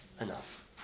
enough